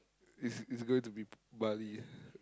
it's it's going to be b~ Bali